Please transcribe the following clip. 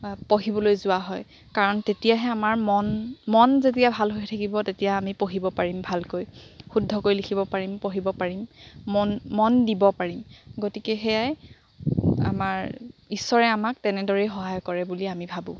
পঢ়িবলৈ যোৱা হয় কাৰণ তেতিয়াহে আমাৰ মন মন যেতিয়া ভালহৈ থাকিব তেতিয়া আমি পঢ়িব পাৰিম ভালকৈ শুদ্ধকৈ লিখিব পাৰিম পঢ়িব পাৰিম মন মন দিব পাৰিম গতিকে সেয়াই আমাৰ ঈশ্বৰে আমাক তেনেদৰেই সহায় কৰে বুলি আমি ভাবোঁ